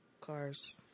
Cars